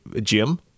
gym